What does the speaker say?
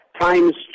times